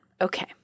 Okay